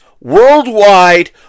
worldwide